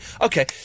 Okay